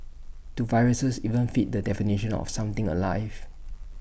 do viruses even fit the definition of something alive